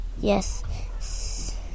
yes